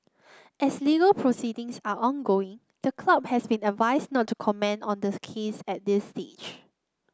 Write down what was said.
as legal proceedings are ongoing the club has been advised not to comment on this case at this stage